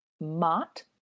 Mott